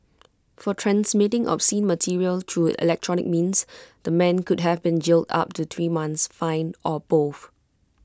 for transmitting obscene material through electronic means the man could have been jailed up to three months fined or both